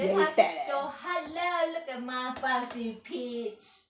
then 他就 show hello look at my bouncy peach